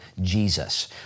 Jesus